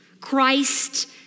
Christ